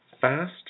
fast